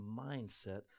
mindset